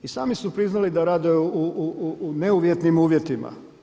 I sami su priznali da rade u neuvjetnim uvjetima.